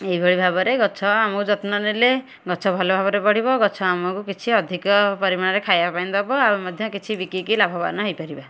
ଏହିଭଳି ଭାବରେ ଗଛ ଆମେ ଯତ୍ନ ନେଲେ ଗଛ ଭଲଭାବରେ ବଢ଼ିବ ଗଛ ଆମକୁ କିଛି ଅଧିକ ପରିମାଣରେ ଖାଇବା ପାଇଁ ଦେବ ଆଉ ମଧ୍ୟ କିଛି ବିକିକି ଲାଭବାନ୍ ହୋଇପାରିବା